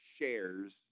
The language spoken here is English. shares